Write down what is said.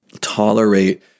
tolerate